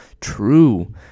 true